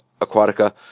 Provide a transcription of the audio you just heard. Aquatica